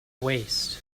waste